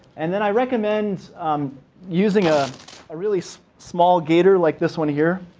and then i'd recommend using a really small gaiter like this one here.